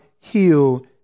heal